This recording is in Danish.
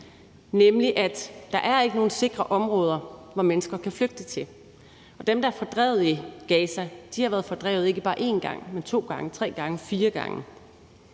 nemlig at der ikke er nogen sikre områder, som mennesker kan flygte til, og at dem, der er fordrevet i Gaza, har været fordrevet ikke bare en gang, men to gange, tre gange, fire gange.